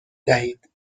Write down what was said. دهید